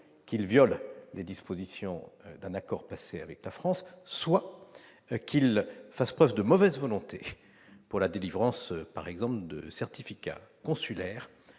qu'il viole les dispositions d'un accord passé avec elle, soit qu'il fasse preuve de mauvaise volonté pour la délivrance, par exemple, de certificats consulaires